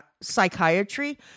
psychiatry